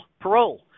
Parole